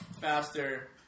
faster